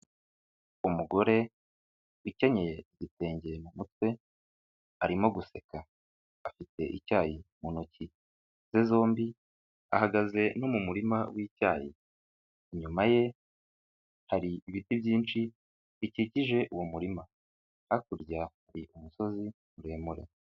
Umugore wikenyeye igitenge mu mutwe arimo guseka, afite icyayi mu ntoki ze zombi ahagaze no mu murima w'icyayi, inyuma ye hari ibiti byinshi bikikije uwo murima hakurya hari umusozi muremure.